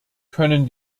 können